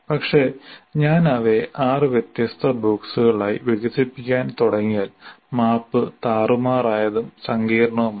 പക്ഷേ ഞാൻ അവയെ 6 വ്യത്യസ്ത ബോക്സുകളായി വികസിപ്പിക്കാൻ തുടങ്ങിയാൽ മാപ്പ് താറുമാറായതും സങ്കീർണ്ണവുമാകും